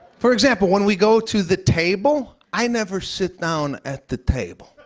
for example, when we go to the table, i never sit down at the table.